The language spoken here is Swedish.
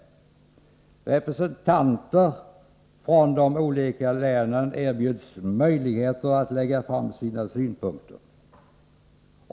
Representanter från de olika länen erbjuds möjligheter att lägga fram sina synpunkter.